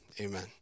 Amen